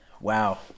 wow